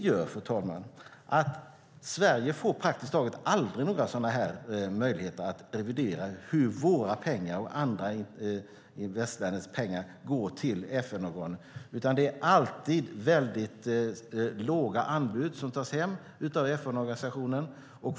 Det leder till att Sverige praktiskt taget aldrig får möjlighet att revidera på vilket sätt våra pengar och resten av västvärldens pengar används av FN-organen, utan det är alltid de låga anbuden som antas av FN-organisationen.